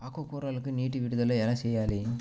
ఆకుకూరలకు నీటి విడుదల ఎలా చేయాలి?